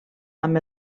amb